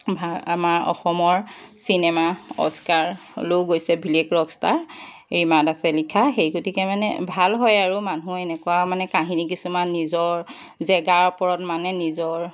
ভা আমাৰ অসমৰ চিনেমা অস্কাৰলৈও গৈছে ভিলেইজ ৰকষ্টাৰ ৰিমা দাসে লিখা সেই গতিকে মানে ভাল হয় আৰু মানুহৰ এনেকুৱা মানে কাহিনী কিছুমান নিজৰ জেগা ওপৰত মানে নিজৰ